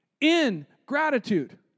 Ingratitude